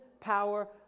power